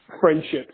friendships